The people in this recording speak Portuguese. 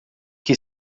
que